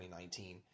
2019